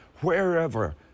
wherever